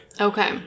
Okay